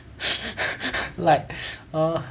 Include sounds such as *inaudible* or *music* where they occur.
*laughs* like err